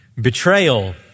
Betrayal